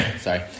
Sorry